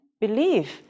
believe